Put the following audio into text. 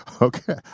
Okay